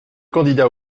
candidat